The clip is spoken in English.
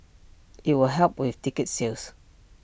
IT will help with ticket sales